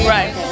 Right